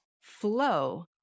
flow